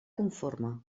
conforme